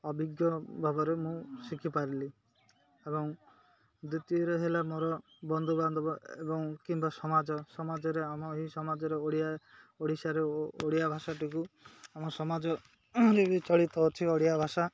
ଅଭିଜ୍ଞ ଭାବରେ ମୁଁ ଶିଖିପାରିଲି ଏବଂ ଦ୍ୱିତୀୟରେ ହେଲା ମୋର ବନ୍ଧୁବାନ୍ଧବ ଏବଂ କିମ୍ବା ସମାଜ ସମାଜରେ ଆମ ଏହି ସମାଜରେ ଓଡ଼ିଆ ଓଡ଼ିଶାରେ ଓ ଓଡ଼ିଆ ଭାଷାଟିକୁ ଆମ ସମାଜ ରେ ବି ଚଳିତ ଅଛି ଓଡ଼ିଆ ଭାଷା